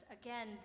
again